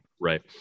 right